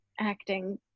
acting